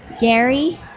Gary